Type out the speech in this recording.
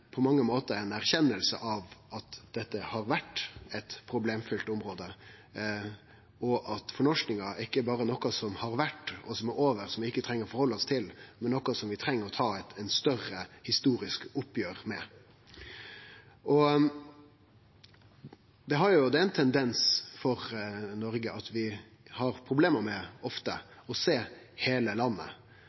på mange måtar ei erkjenning av at dette har vore eit problemfylt område, og at fornorskinga ikkje berre er noko som har vore, som er over, og som vi ikkje treng å sjå på no, men er noko som vi treng å ta eit større historisk oppgjer med. Det er ein tendens for Noreg at vi ofte har problem med å sjå heile landet,